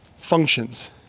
functions